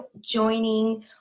joining